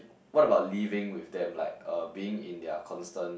what about living with them like uh being in their constant